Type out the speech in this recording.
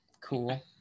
cool